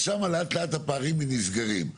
אז שם לאט-לאט הפערים נסגרים.